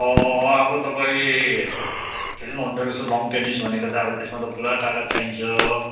अब तपाईँ खेल्नु हुँदो रहेछ लन टेनिस भनेको त अब त्यसमा पुरा तागत चाहिन्छ